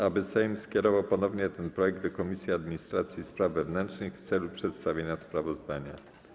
proponuję, aby Sejm skierował ponownie ten projekt do Komisji Administracji i Spraw Wewnętrznych w celu przedstawienia sprawozdania.